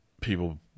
people